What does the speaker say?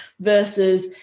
versus